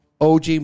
OG